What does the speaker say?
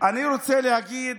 אני רוצה להגיד